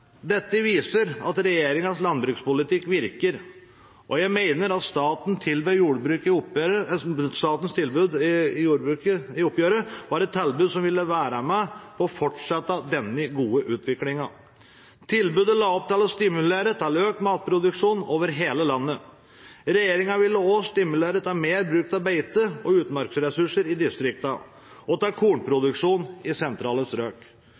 Dette viser at regjeringens landbrukspolitikk virker, og jeg mener statens tilbud i jordbruksoppgjøret var et tilbud som ville fortsette denne gode utviklingen. Tilbudet la opp til å stimulere til økt matproduksjon over hele landet. Regjeringen ville også stimulere til mer bruk av beite- og utmarksressurser i distriktene og til kornproduksjon i sentrale strøk.